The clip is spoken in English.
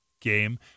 game